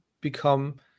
become